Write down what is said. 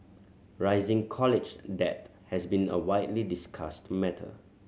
rising college debt has been a widely discussed matter